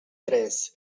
tres